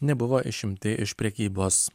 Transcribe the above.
nebuvo išimti iš prekybos